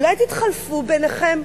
אולי תתחלפו ביניכם?